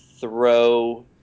throw